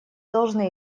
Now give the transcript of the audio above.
должны